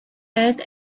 earth